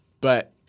But-